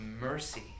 mercy